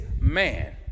man